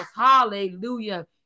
hallelujah